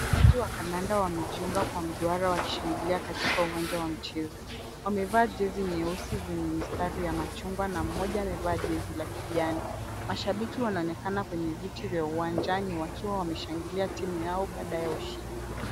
Wachezaji wa kandanda wamejiunga kwa mduara wakishangilia katika uwanja wa michezo. Wamevaa jezi nyeusi zenye mistari ya machungwa na mmoja amevaa jezi la kijani. Mashabiki wanaonekana kwenye viti vya uwanjani wakiwa wameshangalia timu yao baada ya ushindi.